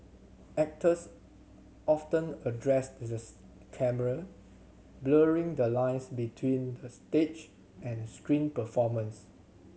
actors often addressed the camera blurring the lines between stage and screen performance